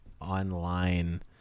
online